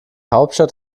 hauptstadt